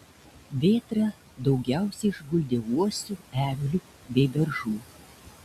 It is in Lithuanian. vėtra daugiausiai išguldė uosių eglių bei beržų